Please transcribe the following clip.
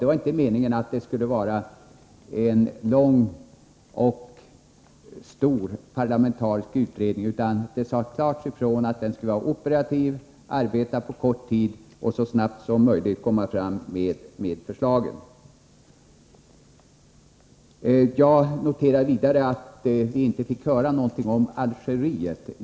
Det var inte meningen att det skulle vara en långdragen och stor parlamentarisk utredning, utan det sades klart ifrån att den skulle vara operativ, arbeta på kort tid och så snabbt som möjligt lägga fram förslag. Jag noterar vidare att vi inte fick höra någonting om Algeriet.